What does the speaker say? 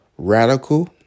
Radical